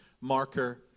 marker